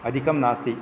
अधिकं नस्ति